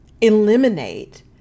eliminate